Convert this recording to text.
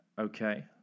Okay